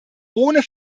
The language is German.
ohne